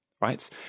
right